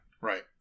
right